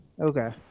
Okay